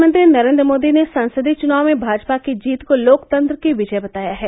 प्रधानमंत्री नरेन्द्र मोदी ने संसदीय चुनाव में भाजपा की जीत को लोकतंत्र की विजय बताया है